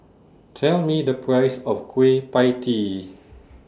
Tell Me The Price of Kueh PIE Tee